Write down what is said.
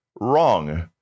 wrong